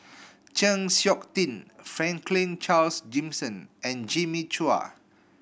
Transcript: Chng Seok Tin Franklin Charles Gimson and Jimmy Chua